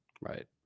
Right